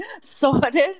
sorted